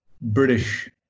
British